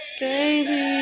baby